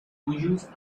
use